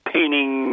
Painting